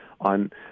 on